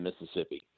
Mississippi